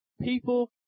people